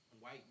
white